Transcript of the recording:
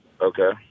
Okay